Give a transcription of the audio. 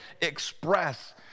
express